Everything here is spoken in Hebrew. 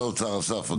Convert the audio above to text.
תשובת האוצר, בבקשה.